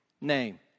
name